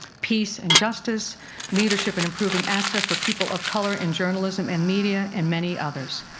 peace and justice, leadership in improving access for people of color in journalism and media, and many others.